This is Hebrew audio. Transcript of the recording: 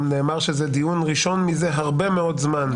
נאמר שזה דיון ראשון מזה הרבה מאוד זמן,